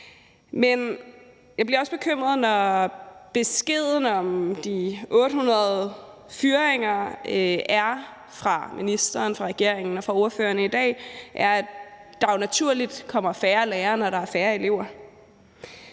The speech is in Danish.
jeg bliver også bekymret, når beskeden i dag fra ministeren, fra regeringen og fra ordførerne om de 800 fyringer er, at der jo naturligt kommer færre lærere, når der er færre elever.